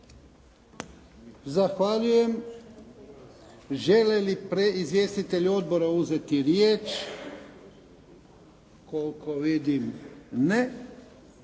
Zahvaljujem. Žele li izvjestitelji odbora uzeti riječ? Koliko vidim ne.